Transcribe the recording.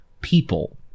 people